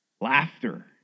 Laughter